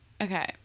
Okay